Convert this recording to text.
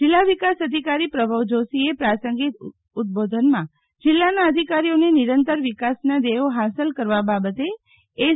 જિલ્લા વિકાસ અધિકારી પ્રભવ જોષીએ પ્રાસંગિક ઉદ્દબોધનમાં જિલ્લાના અધિકારીઓને નિરંતર વિકાસના ધ્યેયો ફાંસલ કરવા બાબતે એસ